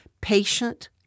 Patient